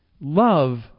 Love